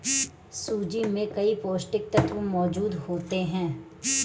सूजी में कई पौष्टिक तत्त्व मौजूद होते हैं